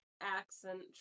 accent